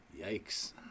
Yikes